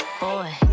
Boy